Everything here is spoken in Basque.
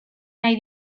nahi